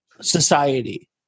society